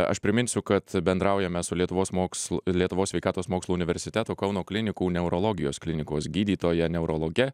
aš priminsiu kad bendraujame su lietuvos moksl lietuvos sveikatos mokslų universiteto kauno klinikų neurologijos klinikos gydytoja neurologe